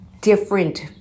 different